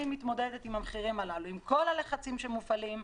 אני מתמודדת עם המחירים האלה ועם כל הלחצים שמופעלים.